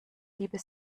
liebe